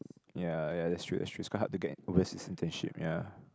ya ya that's true that's true it's quite hard to get overseas internship ya